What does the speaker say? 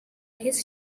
his